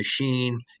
machine